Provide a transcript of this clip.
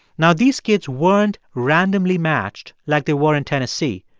now, these kids weren't randomly matched like they were in tennessee,